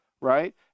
right